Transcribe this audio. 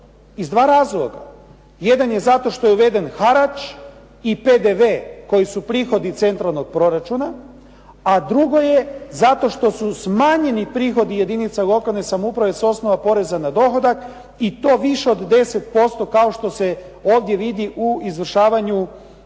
iz dva razloga. Jedan je zato što je uveden harač i PDV koji su prihodi centralnog proračuna, a drugo je zato što su smanjeni prihodi jedinica lokalne samouprave s osnova poreza na dohodak i to više od 10% kao što se ovdje vidi u izvršavanju